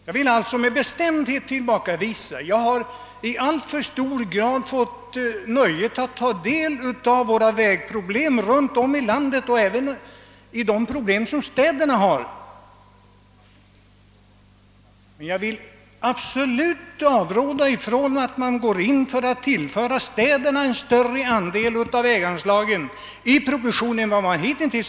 Jag har i stor utsträckning haft möjlighet att ta del av vägproblemen runt om i landet, även städernas problem, och jag vill absolut avråda ifrån att man tillför städerna en större andel av väganslagen än hittills.